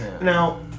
Now